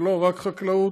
זה לא רק חקלאות,